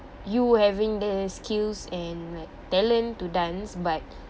you having the skills and like talent to dance but